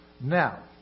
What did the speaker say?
Now